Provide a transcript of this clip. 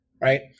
right